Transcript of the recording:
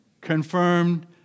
confirmed